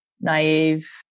naive